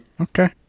Okay